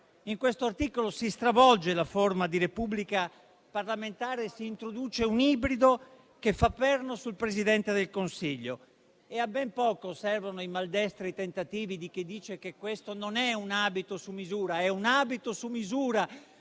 In questo articolo si stravolge la forma di repubblica parlamentare e si introduce un ibrido che fa perno sul Presidente del Consiglio. A ben poco servono i maldestri tentativi di chi dice che questo non è un abito su misura; è un abito su misura,